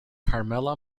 carmela